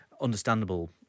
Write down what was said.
understandable